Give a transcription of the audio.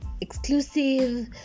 exclusive